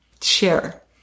share